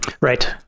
right